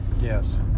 Yes